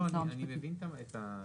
אני מבין את זה.